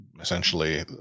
Essentially